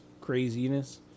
craziness